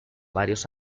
varios